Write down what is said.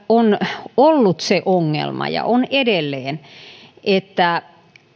on ollut se ongelma ja on edelleen että